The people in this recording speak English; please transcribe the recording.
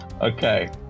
okay